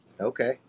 okay